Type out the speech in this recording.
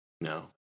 no